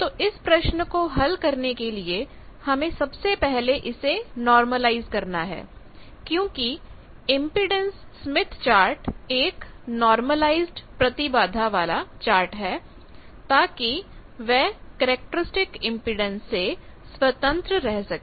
तो इस प्रश्न को हल करने के लिए हमें सबसे पहले इसे नार्मलाईज़ करना है क्योंकि इंपेडेंस स्मिथ चार्ट एक नार्मलाईज़ेड प्रतिबाधा वाला चार्ट है ताकि वह कैरेक्टरिस्टिक इंपेडेंस से स्वतंत्र रह सके